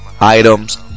items